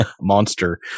monster